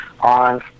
on